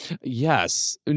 yes